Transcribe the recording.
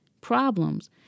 problems